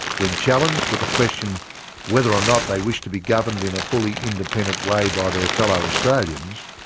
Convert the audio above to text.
when challenged with the question whether or not they wished to be governed in a fully independent way by their fellow australians,